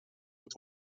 moet